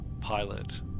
pilot